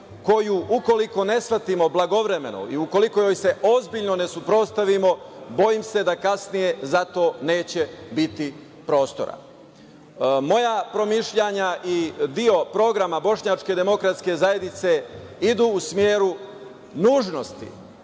koju ukoliko ne shvatimo blagovremeno i ukoliko joj se ozbiljno ne suprotstavimo, bojim se da kasnije za to neće biti prostora. Moja promišljanja i deo programa Bošnjačke demokratske zajednice idu u smeru nužnosti